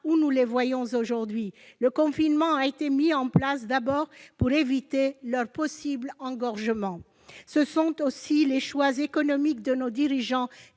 où ils sont aujourd'hui. Le confinement a été mis en place d'abord pour éviter leur possible engorgement. Ce sont aussi les choix économiques de nos dirigeants